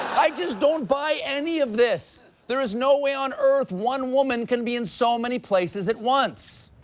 i just don't buy any of this. there is no way on earth one woman can be in so many places at once.